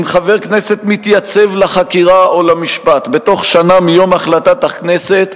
אם חבר הכנסת מתייצב לחקירה או למשפט בתוך שנה מיום החלטת הכנסת,